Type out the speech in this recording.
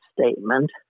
statement